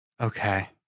Okay